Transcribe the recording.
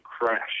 crash